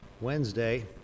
Wednesday